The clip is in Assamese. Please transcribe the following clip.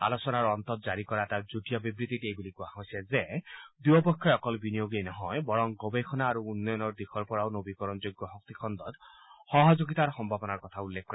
আলোচনাৰ অন্তত জাৰি কৰা এটা যুটীয়া বিবৃতিত এইবুলি কোৱা হৈছে যে দুয়োপক্ষই অকল বিনিয়োগেই নহয় বৰং গৱেষণা আৰু উন্নয়নৰ দিশৰ পৰাও নবীকৰণযোগ্য শক্তিখণ্ডত সহযোগিতাৰ সম্ভাৱনাৰ কথা উল্লেখ কৰে